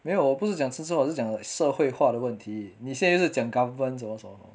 没有我不是讲政治化我是讲社会化的问题你现在是讲 government 什么什么什么